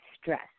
stress